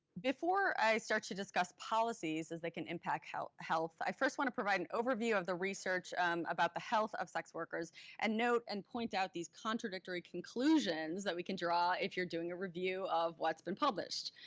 before i start to discuss policies as they can impact health, i first want to provide an overview of the research about the health of sex workers and note and point out these contradictory conclusions that we can draw if you're doing a review of what's been published.